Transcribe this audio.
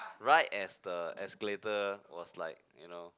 right as the escalator was like you know